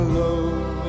love